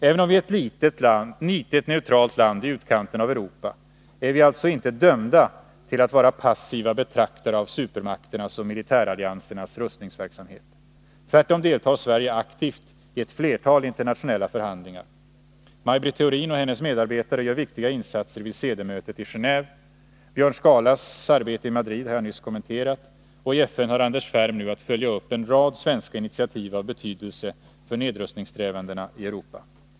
Även om Sverige är ett litet neutralt land i utkanten av Europa, är vi alltså inte dömda till att vara passiva betraktare av supermakternas och militäralliansernas rustningsverksamhet. Tvärtom deltar Sverige aktivt i ett flertal internationella förhandlingar. Maj Britt Theorin och hennes medarbetare gör viktiga insatser vid CD-mötet i Gendve. Björn Skalas arbete i Madrid har jag nyss kommenterat, och i FN har Anders Ferm nu att följa upp en rad svenska initiativ av intresse för nedrustningssträvandena i Europa.